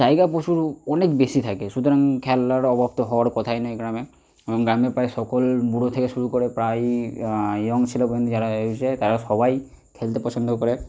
জায়গা প্রচুর অনেক বেশি থাকে সুতরাং খেলার অভাব তো হওয়ার কথাই নয় গ্রামে এবং গ্রামে প্রায় সকল বুড়ো থেকে শুরু করে প্রায় ইয়ং ছেলে পর্যন্ত যারা আছে তারা সবাই খেলতে পছন্দ করে